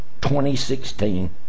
2016